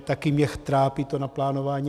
Taky mě trápí to naplánování.